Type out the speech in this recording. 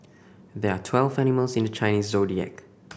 there are twelve animals in the Chinese Zodiac